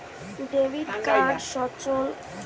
debit card সচল এবং অচল করতে গেলে অনলাইন করা যায়